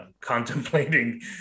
contemplating